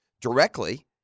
directly